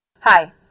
Hi